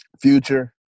Future